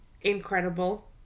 incredible